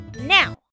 now